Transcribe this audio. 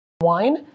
wine